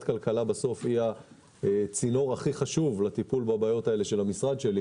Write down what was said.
הכלכלה היא הצינור הכי חשוב בטיפול בבעיות האלה של המשרד שלי